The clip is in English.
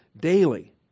daily